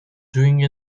doing